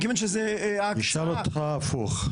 אני אשאל אותך הפוך.